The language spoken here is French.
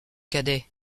cadet